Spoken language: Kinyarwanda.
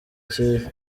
kera